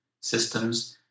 systems –